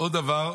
עוד דבר,